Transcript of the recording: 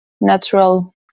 natural